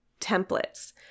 templates